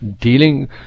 Dealing